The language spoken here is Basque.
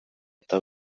eta